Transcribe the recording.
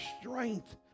strength